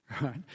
right